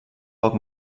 poc